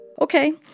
Okay